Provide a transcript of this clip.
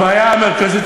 הבעיה המרכזית,